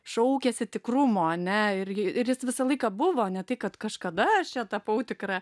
šaukėsi tikrumo ane ir ir jis visą laiką buvo ne tai kad kažkada aš čia tapau tikra